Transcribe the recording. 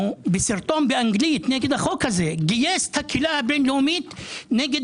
בסרטון באנגלית נגד החוק הזה הוא גייס את הקהילה הבין-לאומית נגד